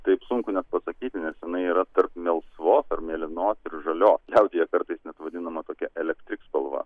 taip sunku net pasakyti nes jinai yra tarp melsvos ar mėlynos ir žalios liaudyje kartais net vadinama tokia elektrik spalva